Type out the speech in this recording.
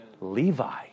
Levi